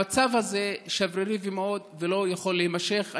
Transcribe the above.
המצב הזה שברירי מאוד ולא יכול להימשך.